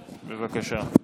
בבקשה.